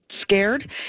scared